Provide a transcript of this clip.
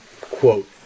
quote